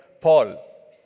Paul